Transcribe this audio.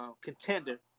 Contender